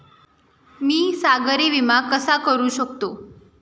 मी सागरी विमा कसा करू शकतो?